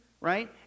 right